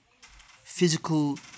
physical